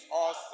awesome